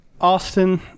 Austin